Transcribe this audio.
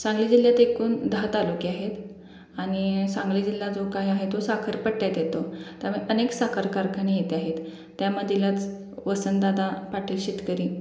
सांगली जिल्ह्यात एकूण दहा तालुके आहेत आणि सांगली जिल्हा जो काही आहे तो साखरपट्ट्यात येतो त्यामुळे अनेक साखर कारखाने येथे आहेत त्यामधीलच वसंतदादा पाटील शेतकरी